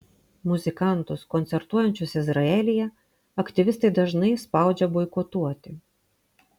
muzikantus koncertuojančius izraelyje aktyvistai dažnai spaudžia boikotuoti